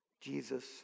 Jesus